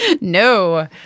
No